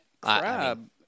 crab